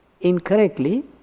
incorrectly